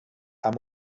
amb